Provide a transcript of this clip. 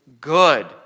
good